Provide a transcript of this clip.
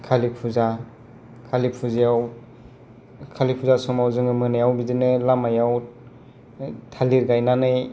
कालि फुजा कालि फुजायाव कालि फुजा समाव जोङो मोनायाव बिदिनो लामायाव थालिर गायनानै